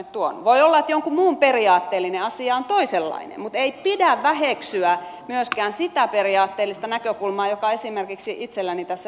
voi olla että jonkun muun periaatteellinen asia on toisenlainen mutta ei pidä väheksyä myöskään sitä periaatteellista näkökulmaa joka esimerkiksi itselläni tässä esittelypuheenvuorossa oli